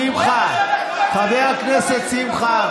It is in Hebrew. שמחה, חבר הכנסת שמחה.